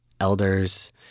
elders